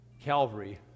Calvary